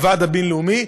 הוועד הבין-לאומי,